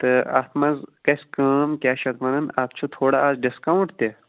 تہٕ اَتھ منٛز گَژھِ کٲم کیٛاہ چھِ اَتھ وَنان اَتھ چھُ تھوڑا آز ڈِسکاونٹ تہِ